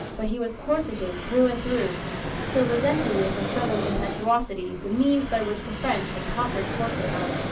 but he was corsican through and through still resenting with a southern impetuosity the means by which the french had conquered corsica.